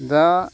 दा